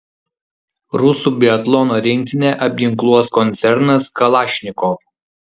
rusų biatlono rinktinę apginkluos koncernas kalašnikov